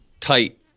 tight